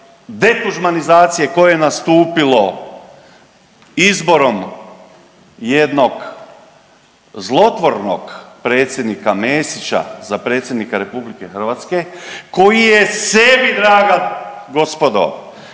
detuđmanizacije koje je nastupilo izborom jednog zlotvornog predsjednika Mesića za predsjednika RH koji je sebi draga gospodo